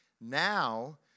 Now